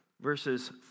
verses